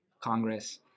congress